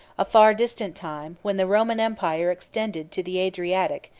a far distant time, when the roman empire extended to the adriatic,